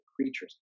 creatures